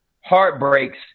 heartbreaks